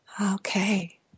okay